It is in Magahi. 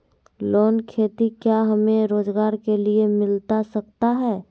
लोन खेती क्या हमें रोजगार के लिए मिलता सकता है?